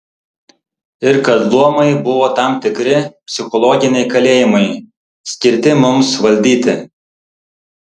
ir kad luomai buvo tam tikri psichologiniai kalėjimai skirti mums valdyti